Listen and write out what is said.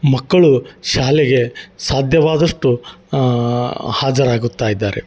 ಮಕ್ಕಳು ಶಾಲೆಗೆ ಸಾಧ್ಯವಾದಷ್ಟು ಹಾಜರಾಗುತ್ತಾ ಇದ್ದಾರೆ